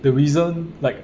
the reason like